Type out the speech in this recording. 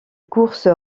course